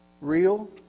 real